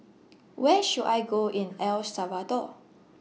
Where should I Go in El Salvador